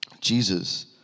Jesus